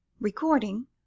Recording